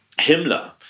Himmler